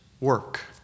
work